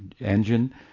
engine